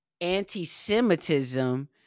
anti-Semitism